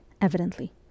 evidently